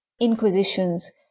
inquisitions